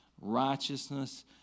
righteousness